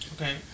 Okay